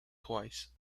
twice